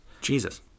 Jesus